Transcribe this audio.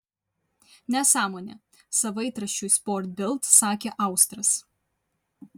nesąmonė savaitraščiui sport bild sakė austras